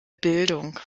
bildung